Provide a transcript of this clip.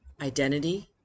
Identity